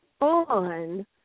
on